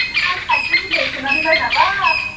मा साइदजों होनदों सनारि लाइनआबा